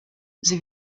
sie